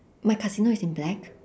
my casino is in black